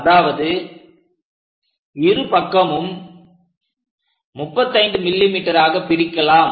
அதாவது இரு பக்கமும் 35 mm ஆக பிரிக்கலாம்